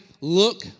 look